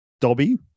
Dobby